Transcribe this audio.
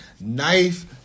knife